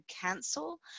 cancel